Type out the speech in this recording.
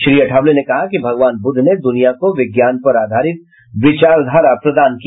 श्री अठावले ने कहा कि भगवान बुद्ध ने दुनिया को विज्ञान पर आधारित विचारधारा प्रदान की